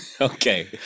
Okay